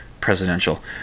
presidential